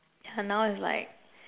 yeah now it's like